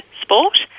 sport